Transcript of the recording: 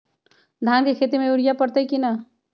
धान के खेती में यूरिया परतइ कि न?